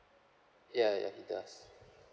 ya ya he does